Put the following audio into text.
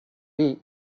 eat